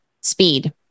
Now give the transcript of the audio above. speed